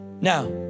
Now